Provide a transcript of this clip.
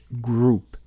group